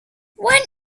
when